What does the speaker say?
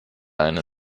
eine